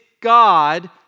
God